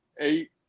eight